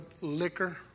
liquor